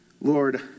Lord